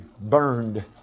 burned